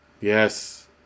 yes